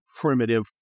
primitive